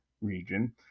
region